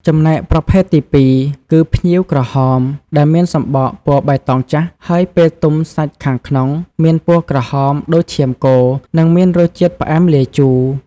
ចំណែកប្រភេទទីពីរគឺ ផ្ញៀវក្រហម ដែលមានសំបកពណ៌បៃតងចាស់ ហើយពេលទុំសាច់ខាងក្នុងមានពណ៌ក្រហមដូចឈាមគោ និងមានរសជាតិផ្អែមលាយជូរ។